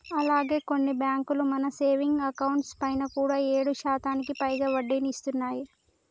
అలాగే కొన్ని బ్యాంకులు మన సేవింగ్స్ అకౌంట్ పైన కూడా ఏడు శాతానికి పైగా వడ్డీని ఇస్తున్నాయి